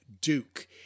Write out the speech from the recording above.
Duke